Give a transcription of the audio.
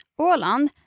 Åland